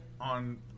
on